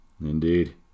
indeed